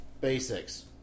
Basics